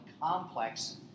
complex